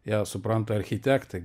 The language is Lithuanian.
ją supranta architektai